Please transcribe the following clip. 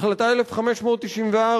החלטה 1594,